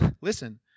listen